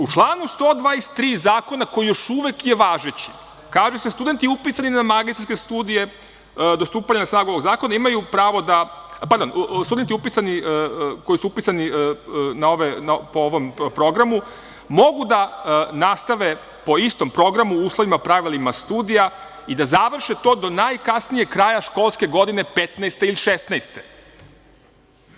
U članu 123. zakona koji je još uvek važeći kaže se – studenti upisani na magistarske studije, do stupanja na snagu ovog zakona, imaju pravo da, pardon, studenti koji su upisani po ovom programu mogu da nastave po istom programu po uslovima pravilima studija i da završe to do najkasnijeg kraja školske godine 2015. godine ili 2016. godine.